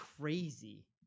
crazy